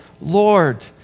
Lord